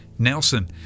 Nelson